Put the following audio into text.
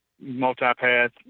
multi-path